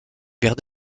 vers